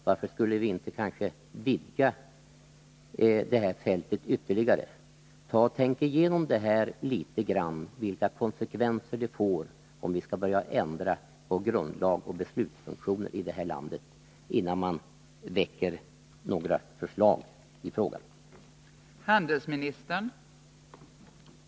Varför skulle man inte vidga fältet ytterligare? Tänk igenom något litet vilka konsekvenser det skulle få, om vi skulle börja ändra på grundlagen och beslutsfunktionerna i det här landet, innan ni väcker några förslag i frågan!